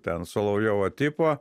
ten solovjovo tipo